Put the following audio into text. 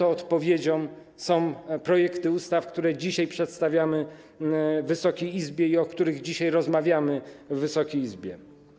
Odpowiedzią na to są projekty ustaw, które dzisiaj przedstawiamy Wysokiej Izbie i o których dzisiaj rozmawiamy w Wysokiej Izbie.